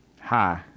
hi